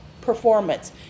performance